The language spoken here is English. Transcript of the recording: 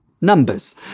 Numbers